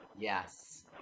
Yes